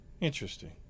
Interesting